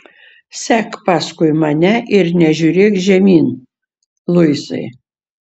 sek paskui mane ir nežiūrėk žemyn luisai